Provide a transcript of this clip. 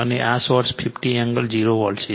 અને આ source 50 angle 0 volt છે